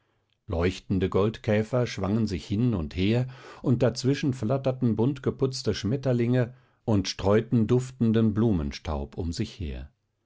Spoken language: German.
leuchtende goldkäfer schwangen sich hin und her und dazwischen flatterten buntgeputzte schmetterlinge und streuten duftenden blumenstaub um sich her